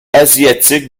asiatique